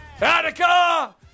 Attica